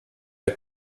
der